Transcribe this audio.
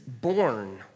born